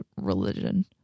religion